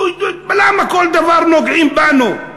למה כל דבר נוגעים בנו.